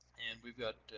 and we've got